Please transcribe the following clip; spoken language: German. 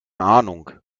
ahnung